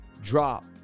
drop